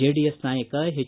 JDS ನಾಯಕ H